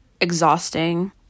exhausting